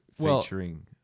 featuring